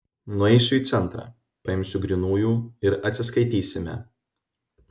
nueisiu į centrą paimsiu grynųjų ir atsiskaitysime